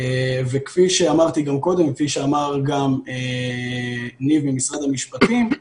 וכפי שאמרתי גם קודם וכפי שאמר גם ניב ממשרד המשפטים,